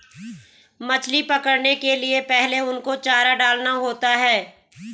मछली पकड़ने के लिए पहले उनको चारा डालना होता है